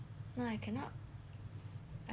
I cannot how to say stay over